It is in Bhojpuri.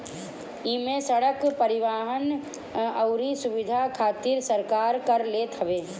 इमे सड़क, परिवहन अउरी सुविधा खातिर सरकार कर लेत हवे